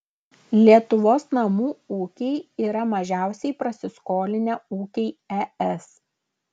lietuvos namų ūkiai yra mažiausiai prasiskolinę ūkiai es